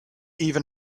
even